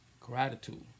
Gratitude